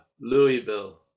Louisville